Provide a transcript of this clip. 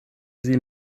sie